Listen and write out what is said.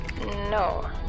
No